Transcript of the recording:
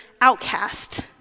outcast